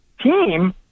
team